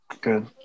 Good